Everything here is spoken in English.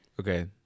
Okay